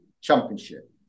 championship